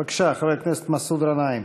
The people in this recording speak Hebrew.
בבקשה, חבר הכנסת מסעוד גנאים.